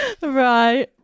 Right